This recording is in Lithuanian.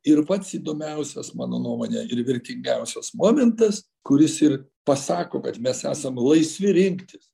ir pats įdomiausias mano nuomone ir vertingiausias momentas kuris ir pasako kad mes esam laisvi rinktis